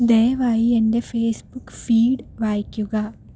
ദയവായി എന്റെ Facebook feed വായിക്കുക